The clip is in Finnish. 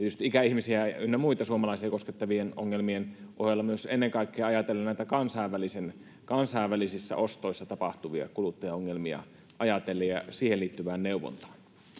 ikäihmisiä ynnä muita suomalaisia koskettavien ongelmien ohella myös ennen kaikkea näitä kansainvälisissä ostoissa tapahtuvia kuluttajaongelmia ajatellen ja siihen liittyvään neuvontaan